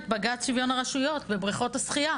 את בג"צ שוויון הרשויות ובריכות השחייה,